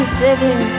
sitting